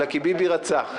אלא כי ביבי רצה,